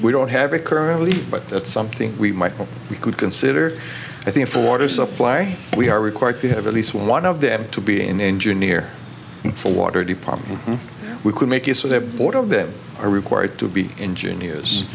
we don't have it currently but that's something we might we could consider i think for water supply we are required to have at least one of them to be an engineer for water department we could make it so that board of them are required to be engineers